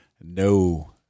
No